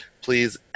please